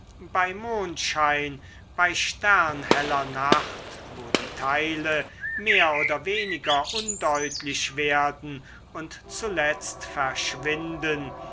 bei mondschein bei sternheller nacht wo die teile mehr oder weniger undeutlich werden und zuletzt verschwinden